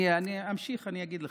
אני אמשיך, אני אגיד לך.